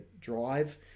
drive